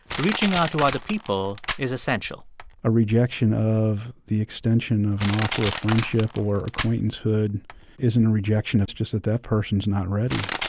reaching out to other people is essential a rejection of the extension of an offer of friendship or acquaintancehood isn't a rejection. it's just that that person's not ready